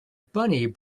bunny